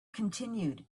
continued